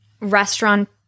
restaurant